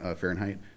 Fahrenheit